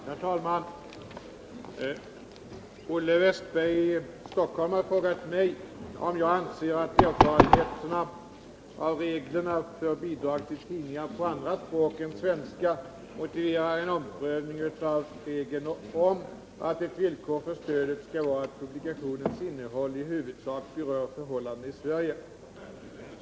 Herr talman! Olle Wästberg i Stockholm har frågat mig om jag anser att erfarenheterna av reglerna för bidrag till tidningar på andra språk än svenska motiverar en omprövning av regeln om att ett villkor för stödet skall vara att publikationens innehåll i huvudsak berör förhållandena i Sverige.